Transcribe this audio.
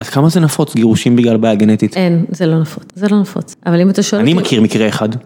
אז כמה זה נפוץ, גירושים בגלל בעיה גנטית? אין, זה לא נפוץ, זה לא נפוץ. אבל אם אתה שואל... אני מכיר מקרה אחד.